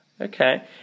Okay